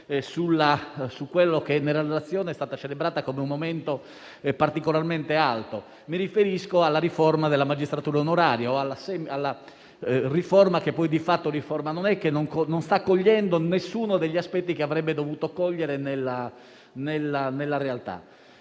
di quello che nella Relazione è stato celebrato con un momento particolarmente alto: mi riferisco alla riforma della magistratura onoraria, che poi di fatto riforma non è, che non sta cogliendo nessuno degli aspetti che avrebbe dovuto cogliere nella realtà.